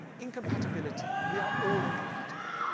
incompatibility, we are all incompatible.